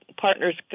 partners